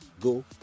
go